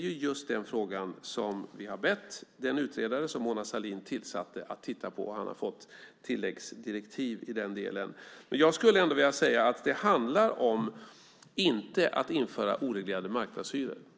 Just den frågan har vi bett den utredare som Mona Sahlin tillsatte att titta på; han har fått tilläggsdirektiv i den delen. Jag skulle ändå vilja säga att det inte handlar om att införa oreglerade marknadshyror.